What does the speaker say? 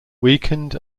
weakened